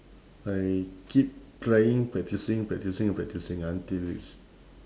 I keep trying practising practising and practising until it's